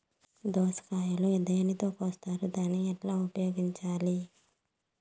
దోస కాయలు దేనితో కోస్తారు దాన్ని ఎట్లా ఉపయోగించాలి?